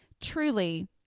Truly